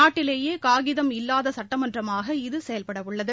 நாட்டிலேயே காகிதம் இல்லாத சட்டமன்றமாக இது செயல்படவுள்ளது